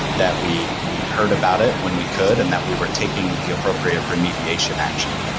that we we heard about it when we could and that we were taking the appropriate remediation action.